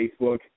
Facebook